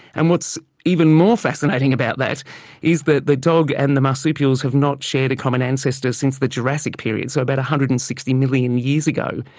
and what's even more fascinating about that is that the dog and the marsupials have not shared a common ancestor since the jurassic period, so about one hundred and sixty million years ago.